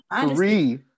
Three